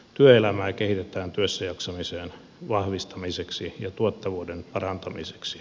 työelämää kehitetään työssäjaksamisen vahvistamiseksi ja tuottavuuden parantamiseksi